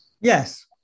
Yes